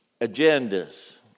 agendas